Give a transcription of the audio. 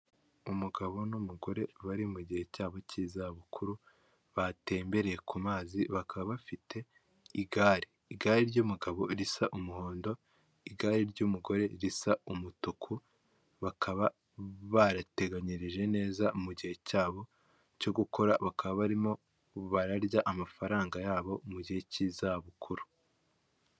Umugabo n'umugore bari mu gihe cy'abo cy'izabukuru batembereye ku mazi, bakaba bafite igare, igare ry'umugabo risa umuhondo, igare ry'umugore risa umutuku, bakaba bariteganyirije neza mu gihe cy'abo cyo gukora, bakaba barimo bararya amafaranga yabo mu gihe cy'izabukuru.